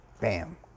Bam